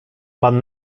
pan